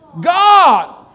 God